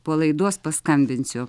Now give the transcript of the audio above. po laidos paskambinsiu